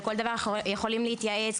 כל דבר אנו יכולים להתייעץ,